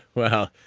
well,